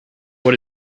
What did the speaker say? what